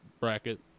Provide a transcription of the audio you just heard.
bracket